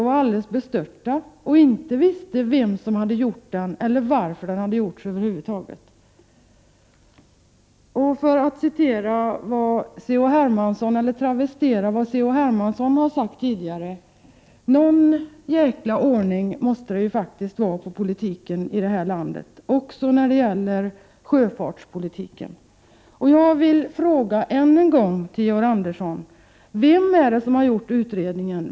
De var alldeles bestörta och visste inte vem som hade gjort den utredningen eller ens varför den över huvud taget hade gjorts. För att travestera vad C.-H. Hermansson har sagt tidigare: Någon jäkla ordning måste det faktiskt vara på politiken i det här landet, också på sjöfartspolitiken! Jag vill än en gång fråga Georg Andersson: Vem är det som har gjort utredningen?